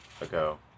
ago